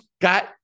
got